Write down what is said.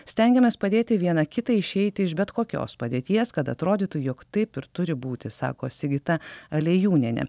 stengiamės padėti viena kitai išeiti iš bet kokios padėties kad atrodytų jog taip ir turi būti sako sigita aliejūnienė